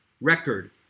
record